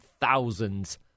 thousands